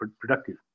productive